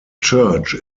church